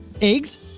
eggs